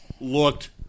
looked